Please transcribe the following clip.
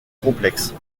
complexes